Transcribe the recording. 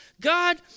God